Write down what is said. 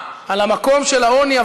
המקום של העוני,